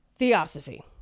Theosophy